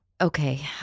Okay